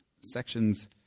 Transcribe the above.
sections